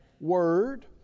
word